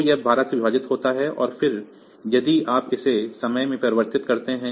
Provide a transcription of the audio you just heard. तो यह 12 से विभाजित होता है और फिर यदि आप इसे समय में परिवर्तित करते हैं